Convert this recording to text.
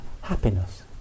happiness